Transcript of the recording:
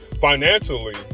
Financially